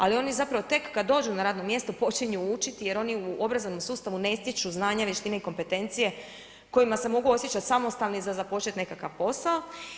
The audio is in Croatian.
Ali zapravo tek kad dođu na radno mjesto počinju učiti jer oni u obrazovnom sustavu ne stječu znanja, vještine i kompetencije kojima se mogu osjećat samostalni za započeti nekakav posao.